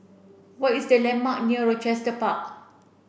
what is the landmark near Rochester Park